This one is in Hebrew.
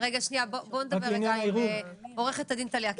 לעניין הערעור -- בואו נדבר רגע עם עורכת הדין טליה,